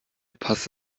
passt